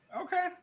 okay